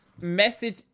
message